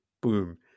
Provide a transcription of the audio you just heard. Boom